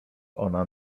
ona